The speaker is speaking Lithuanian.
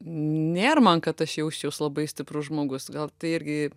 nėr man kad aš jausčiaus labai stiprus žmogus gal tai irgi